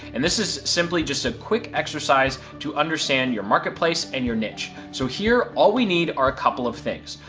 and this is simply just a quick exercise to understand you marketplace and your niche. so here, all we need are a couple of things,